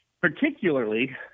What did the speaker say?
Particularly